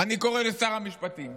אני קורא לשר המשפטים: